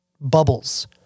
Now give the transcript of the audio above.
bubbles